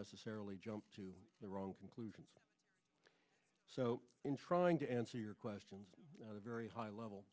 necessarily jump to the wrong conclusions so in trying to answer your questions the very high level